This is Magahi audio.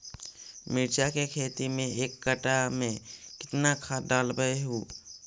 मिरचा के खेती मे एक कटा मे कितना खाद ढालबय हू?